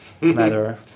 matter